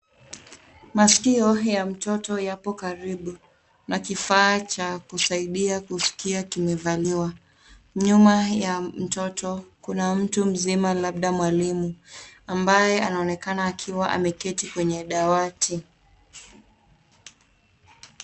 Masikio ya mtoto yapo karibu na kifaa cha kusaidia kusikia kimevaliwa. Nyuma ya mtoto, kuna mtu mzima labda mwalimu ambaye anaonekana akiwa ameketi kwenye dawati.